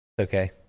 Okay